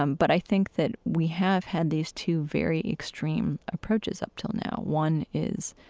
um but i think that we have had these two very extreme approaches up till now. one is,